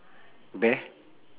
bear